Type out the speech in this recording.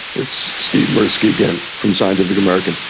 it's steve mirsky again from scientific american.